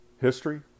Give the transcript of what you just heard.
history